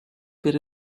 per